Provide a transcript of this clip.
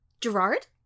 Gerard